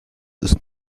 ist